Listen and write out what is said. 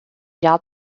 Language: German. jahr